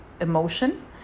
emotion